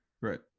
right